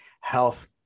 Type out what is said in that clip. health